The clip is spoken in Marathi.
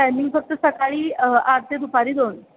टायमिंग फक्त सकाळी आठ ते दुपारी दोन